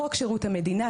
חוק שירות המדינה,